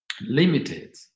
limited